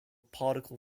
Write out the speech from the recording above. particle